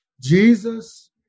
Jesus